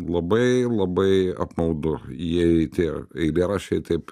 labai labai apmaudu jei tie eilėraščiai taip